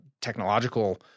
technological